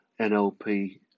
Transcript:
NLP